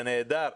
זה נהדר,